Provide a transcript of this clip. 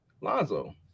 Lonzo